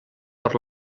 per